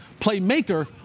playmaker